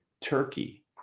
turkey